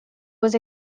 was